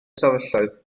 ystafelloedd